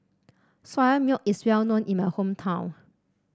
Soya Milk is well known in my hometown